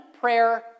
prayer